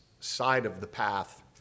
side-of-the-path